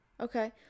okay